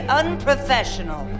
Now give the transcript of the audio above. unprofessional